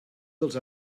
dels